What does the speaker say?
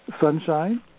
Sunshine